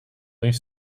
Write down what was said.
rief